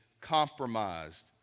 compromised